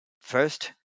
first